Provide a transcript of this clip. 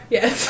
Yes